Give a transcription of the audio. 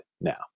now